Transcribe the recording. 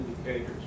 indicators